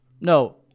No